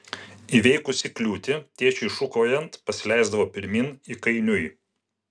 įveikusi kliūtį tėčiui šūkaujant pasileisdavo pirmyn įkainiui